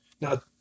Now